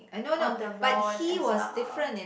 on the role as well